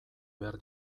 behar